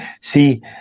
see